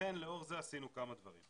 לכן לאור זה עשינו כמה דברים.